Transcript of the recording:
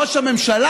ראש הממשלה,